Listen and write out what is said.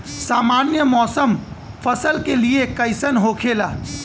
सामान्य मौसम फसल के लिए कईसन होखेला?